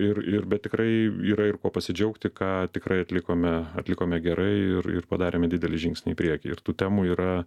ir ir bet tikrai yra ir kuo pasidžiaugti ką tikrai atlikome atlikome gerai ir ir padarėme didelį žingsnį į priekį ir tų temų yra